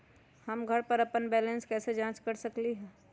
हम घर पर अपन बैलेंस कैसे जाँच कर सकेली?